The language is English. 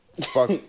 Fuck